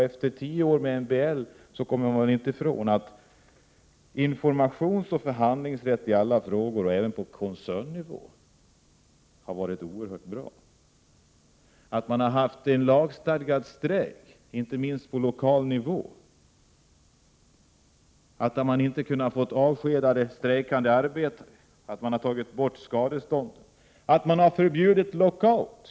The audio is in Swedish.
Efter tio år med MBL kommer man inte ifrån faktumet att informationsoch förhandlingsrätten i alla frågor, även på koncernnivå, har varit oerhört bra. Man har haft lagstadgad strejkrätt — inte minst på lokal nivå. Man har inte kunnat avskeda strejkande arbetare, skadestånden har tagits bort och man har förbjudit lockout.